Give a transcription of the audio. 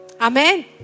Amen